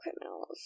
criminals